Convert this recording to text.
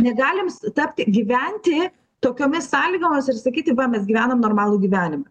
negalim tapti gyventi tokiomis sąlygomis ir sakyti va mes gyvenam normalų gyvenimą